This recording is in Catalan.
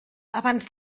abans